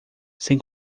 sem